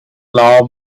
law